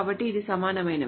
కాబట్టి ఇవి సమానమైనవి